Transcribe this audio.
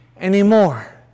anymore